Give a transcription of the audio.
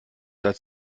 seit